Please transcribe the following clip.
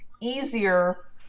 easier